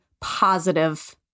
positive